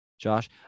Josh